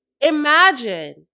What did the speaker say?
Imagine